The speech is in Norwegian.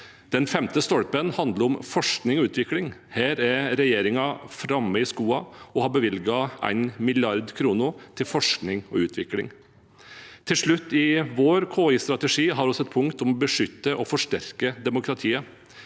Den femte stolpen handler om forskning og utvikling. Her er regjeringen fremme i skoene og har bevilget 1 mrd. kr til forskning og utvikling. Til slutt i vår KI-strategi har vi et punkt om å beskytte og forsterke demokratiet.